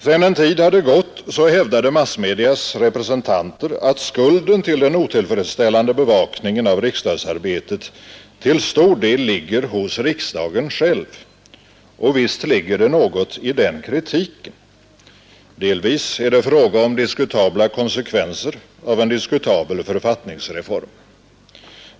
Sedan en tid hade gått hävdade massmedias representanter att skulden till den otillfredsställande bevakningen av riksdagsarbetet till stor del ligger hos riksdagen själv. Och visst ligger det något i den kritiken. Delvis är det fråga om diskutabla konsekvenser av en diskutabel författningsreform.